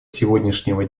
сегодняшнего